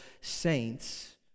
saints